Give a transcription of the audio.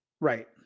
Right